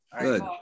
good